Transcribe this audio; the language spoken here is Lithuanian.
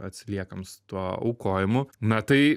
atsiliekam su tuo aukojimu na tai